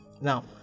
Now